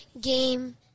game